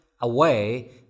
away